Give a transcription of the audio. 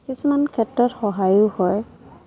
কিছুমান ক্ষেত্ৰত সহায়ো হয়